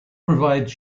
provides